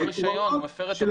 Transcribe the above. הוא מפר את תנאי הרישיון.